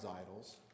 idols